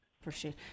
Appreciate